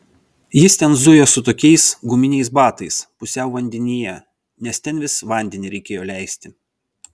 jis ten zujo su tokiais guminiais batais pusiau vandenyje nes ten vis vandenį reikėjo leisti